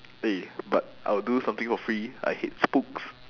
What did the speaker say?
eh but I'll do something for free I hate spooks